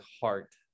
heart